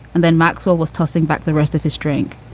and then maxwell was tossing back the rest of his drink.